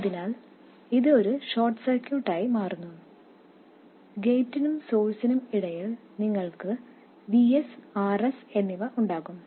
അതിനാൽ ഇത് ഒരു ഷോർട്ട് സർക്യൂട്ടായി മാറുന്നു ഗേറ്റിനും സോഴ്സിനും ഇടയിൽ നിങ്ങൾക്ക് Vs Rs എന്നിവ ഉണ്ടാകും